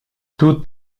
tout